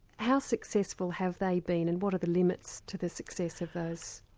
how successful have they been and what are the limits to the success of those?